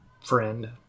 friend